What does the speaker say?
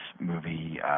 movie